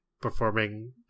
performing